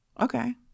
Okay